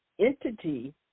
entity